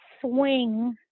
swing